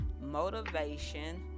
motivation